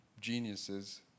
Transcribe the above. geniuses